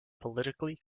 politically